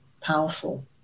powerful